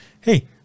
hey